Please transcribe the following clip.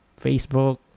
Facebook